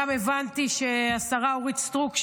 גם הבנתי שהשרה אורית סטרוק,